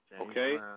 okay